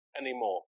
anymore